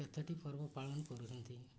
କେତୋଟି ପର୍ବ ପାଳନ କରୁଛନ୍ତି